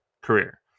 career